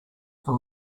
for